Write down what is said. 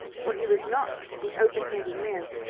for he was not an open-handed man,